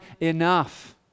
enough